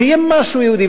שיהיה משהו יהודי.